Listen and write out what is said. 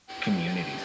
communities